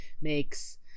makes